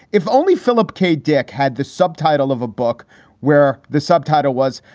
if only philip k. dick had the subtitle of a book where the subtitle was,